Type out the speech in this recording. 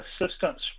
assistance